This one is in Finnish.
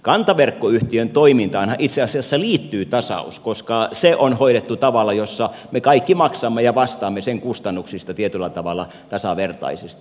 kantaverkkoyhtiön toimintaanhan itse asiassa liittyy tasaus koska se on hoidettu tavalla jossa me kaikki maksamme ja vastaamme sen kustannuksista tietyllä tavalla tasavertaisesti